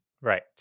Right